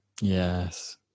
Yes